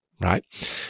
right